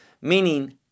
meaning